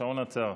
השעון עצר.